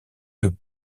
que